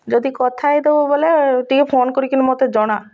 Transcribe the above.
ଯଦି କଥା ହେଇଦବ ବୋଲେ ଟିକେ ଫୋନ୍ କରିକିନା ମୋତେ ଜଣା